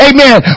Amen